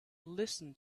listen